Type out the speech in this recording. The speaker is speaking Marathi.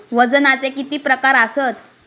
वजनाचे किती प्रकार आसत?